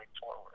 forward